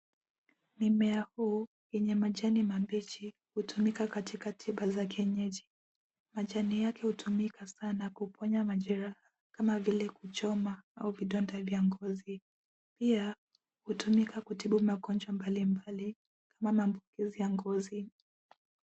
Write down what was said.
Mimea huu yenye majani mabichi hutumika katika tiba za kienyeji. Majani yake hutumika sana kuponya majeraha kama vile kuchoma au vidonda vya ngozi. Pia hutumika kutibu magonjwa mbalimbali ama maambukizi ya ngozi.